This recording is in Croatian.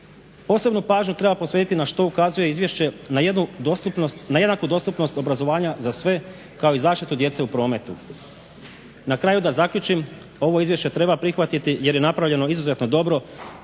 Posebnu pažnju treba posvetiti, na što ukazuje izvješće, na jednaku dostupnost obrazovanja za sve, kao i zaštitu djece u prometu. Na kraju da zaključim, ovo izvješće treba prihvatiti jer je napravljeno izuzetno dobro